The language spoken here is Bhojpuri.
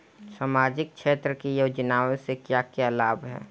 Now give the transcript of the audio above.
सामाजिक क्षेत्र की योजनाएं से क्या क्या लाभ है?